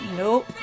Nope